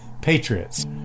patriots